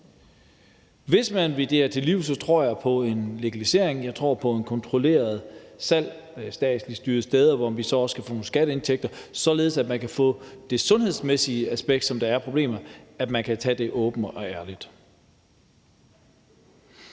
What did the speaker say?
Hvis man vil det her til livs, tror jeg på en legalisering. Jeg tror på et kontrolleret salg fra et statsligt styret sted, hvor vi så også kan få nogle skatteindtægter, således at man kan tage det sundhedsmæssige aspekt, som er en del af problemet, åbent og ærligt.